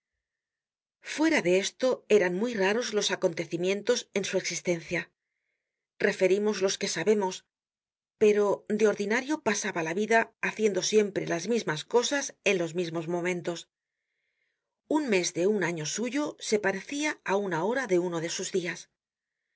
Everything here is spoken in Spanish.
fuera de esto eran muy raros los acontecimientos en su existencia referimos los que sabemos pero de ordinario pasaba la vida haciendo siempre las mismas cosas en los mismos momentos un mes de un año suyo se parecia á una hora de uno de sus dias